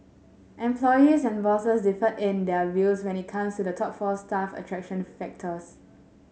employees and bosses differed in their views when it comes to the top four staff attraction factors